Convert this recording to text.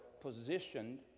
positioned